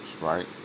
right